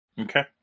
Okay